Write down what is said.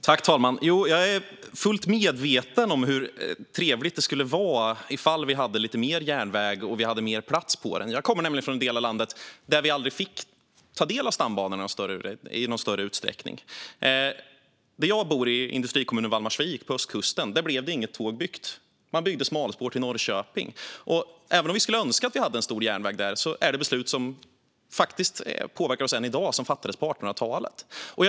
Herr talman! Jag är fullt medveten om hur trevligt det skulle vara om vi hade lite mer järnväg och mer plats på den. Jag kommer nämligen från en del av landet där vi aldrig i någon större utsträckning fick ta del av stambanorna. Där jag bor, i industrikommunen Valdemarsvik på ostkusten, byggde man inte för tåg. Man byggde smalspår till Norrköping. Och även om vi skulle önska att vi hade en stor järnväg där påverkas vi än i dag av de beslut som fattades på 1800-talet.